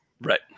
Right